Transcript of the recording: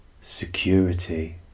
security